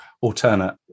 alternate